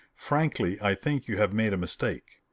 frankly i think you have made a mistake.